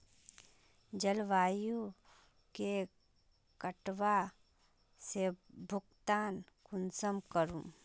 जलवायु के कटाव से भुगतान कुंसम करूम?